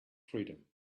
freedom